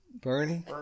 Bernie